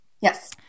Yes